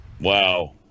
wow